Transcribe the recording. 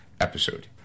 episode